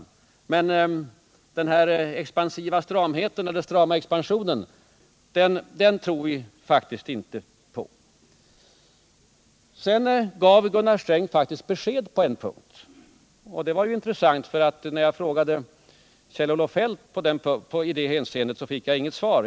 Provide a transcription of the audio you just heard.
Men den här expansiva stramheten eller strama expansionen tror vi faktiskt inte på. Gunnar Sträng gav faktiskt besked på en punkt. Det var ju intressant, för när jag frågade Kjell-Olof Feldt vilket slags ökad stramhet man ville ha fick jag inget svar.